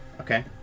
Okay